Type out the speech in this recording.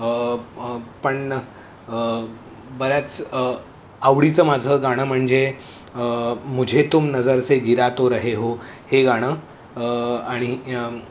पण बऱ्याच आवडीचं माझं गाणं म्हणजे मुजे तुम नजरसे गिरा तो रे हो हे गाणं आणि